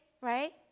right